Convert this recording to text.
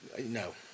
No